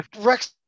Rex